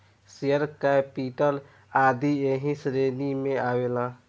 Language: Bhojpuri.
शेयर कैपिटल आदी ऐही श्रेणी में आवेला